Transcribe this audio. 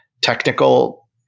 technical